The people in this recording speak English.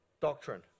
doctrine